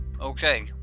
Okay